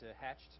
hatched